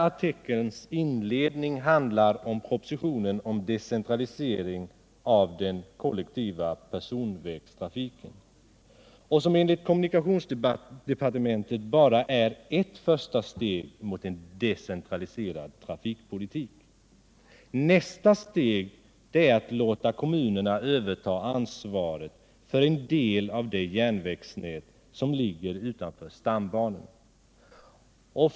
Artikelns inledning handlar om propositionen om decentralisering av den kollektiva personvägtrafiken och som enligt kommunikationsdepartementet bara är ett första steg mot en decentraliserad trafikpolitik. Nästa steg är att låta kommunerna överta ansvaret för en del av det järnvägsnät som ligger utanför stambanorna.